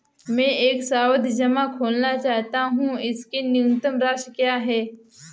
मैं एक सावधि जमा खोलना चाहता हूं इसकी न्यूनतम राशि क्या है?